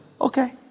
okay